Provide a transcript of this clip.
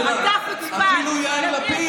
יאיר לפיד,